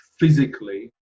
physically